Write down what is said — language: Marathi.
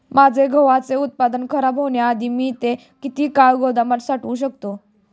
माझे गव्हाचे उत्पादन खराब होण्याआधी मी ते किती काळ गोदामात साठवू शकतो?